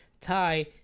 Thai